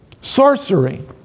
sorcery